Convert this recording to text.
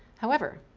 however,